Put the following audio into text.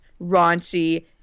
raunchy